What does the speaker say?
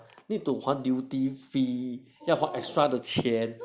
need to 还 duty fee 要还 extra 的钱